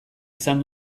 izan